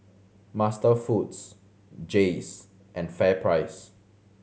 MasterFoods Jays and FairPrice